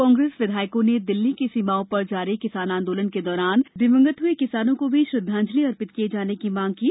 कांग्रेस विधायको ने दिल्ली की सीमाओं पर जारी किसान आंदोलन के दौरान दिवंगत हए किसानो को भी श्रद्धांजलि अर्पित किए जाने की मांग कीं